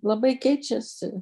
labai keičiasi